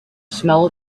smell